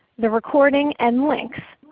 the recording, and links.